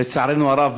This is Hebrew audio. לצערנו הרב,